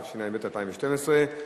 התשע"ב 2012,